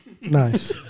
Nice